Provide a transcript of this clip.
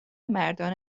مردان